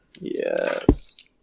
Yes